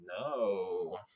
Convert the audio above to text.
no